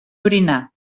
orinar